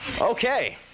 Okay